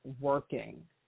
working